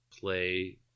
play